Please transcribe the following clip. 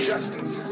justice